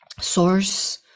Source